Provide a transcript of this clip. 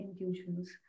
intuitions